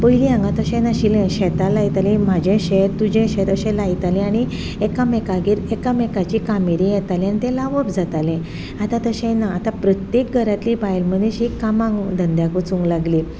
पयलीं हांगा तशें नाशिल्लें शेतां लायतालीं म्हजें शेत तुजें शेत अशें लायतालीं आनी एकामेकागेर एकामेकाची कामेऱ्यां येतालीं आनी तें लावप जातालें आतां तशें ना आतां प्रत्येक घरांतलीं बायल मनीस ही कामाक धंद्याक वचूंक लागल्या